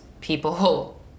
people